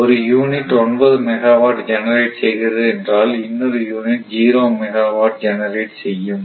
ஒரு unit 9 megawatt generate செய்கிறது என்றால் இன்னொரு யூனிட் ஜீரோ மெகாவாட் ஜெனரேட் செய்யும்